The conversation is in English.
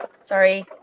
Sorry